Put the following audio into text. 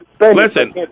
Listen